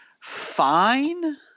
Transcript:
fine